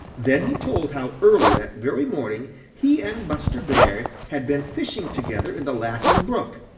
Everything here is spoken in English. then he told how early that very morning he and buster bear had been fishing together in the laughing brook,